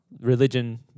religion